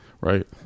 right